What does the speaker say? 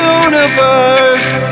universe